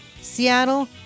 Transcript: Seattle